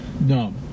No